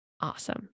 Awesome